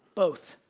both.